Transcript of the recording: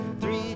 three